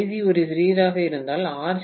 IC ஒரு சிறியதாக இருந்தால் ஆர்